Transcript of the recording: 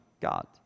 God